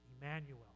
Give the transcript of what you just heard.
Emmanuel